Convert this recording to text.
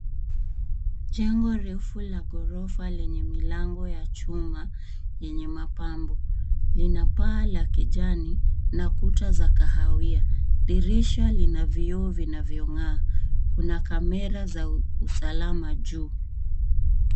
Jengo refu la ghorofa lenye milango ya chuma yenye mapambo. Lina paa la kijani na kuta za kahawia. Dirisha lina vioo vinavyong'aa. Kuna kamera za usalama juu.